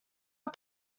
are